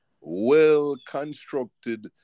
well-constructed